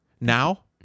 now